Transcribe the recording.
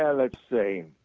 yeah let's see,